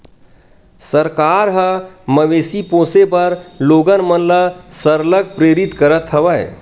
सरकार ह मवेशी पोसे बर लोगन मन ल सरलग प्रेरित करत हवय